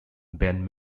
ben